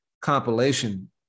compilation